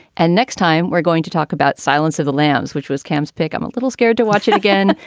and next time we're going to talk about silence of the lambs, which was cam's pick. i'm a little scared to watch it again.